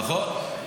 נכון.